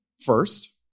first